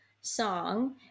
song